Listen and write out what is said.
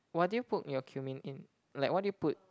what do you put your cumin in like what do you put